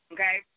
Okay